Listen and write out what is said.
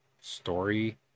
story